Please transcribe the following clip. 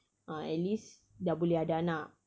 uh at least dah boleh ada anak